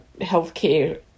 Healthcare